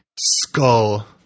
skull